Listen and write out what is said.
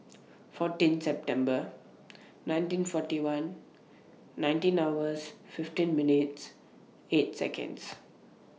fourteen September nineteen forty one nineteen hours fifteen minutes eight Seconds